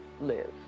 live